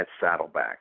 Saddleback